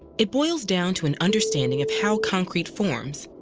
it boils down to an understanding of how concrete forms,